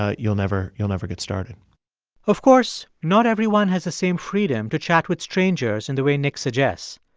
ah you'll never you'll never get started of course, not everyone has the same freedom to chat with strangers in the way nick suggests.